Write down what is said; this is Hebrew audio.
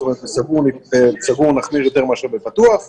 זאת אומרת סגור נחמיר יותר מאשר בפתוח וכו'.